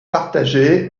partagé